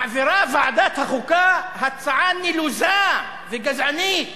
ואז מעבירה ועדת החוקה הצעה נלוזה וגזענית